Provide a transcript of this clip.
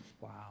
Wow